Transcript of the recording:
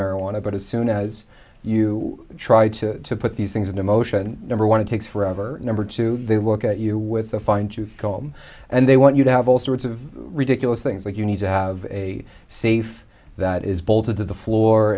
marijuana but as soon as you try to put these things into motion number one it takes forever number two they look at you with a fine tooth comb and they want you to have all sorts of ridiculous things like you need to have a safe that is bolted to the floor